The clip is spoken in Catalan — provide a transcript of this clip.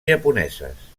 japoneses